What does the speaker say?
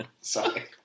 Sorry